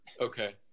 Okay